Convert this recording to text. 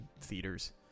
theaters